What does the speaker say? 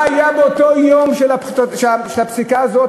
מה היה באותו יום של הפסיקה הזאת?